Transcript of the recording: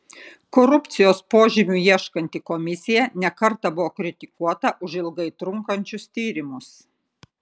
korupcijos požymių ieškanti komisija ne kartą buvo kritikuota už ilgai trunkančius tyrimus